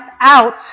out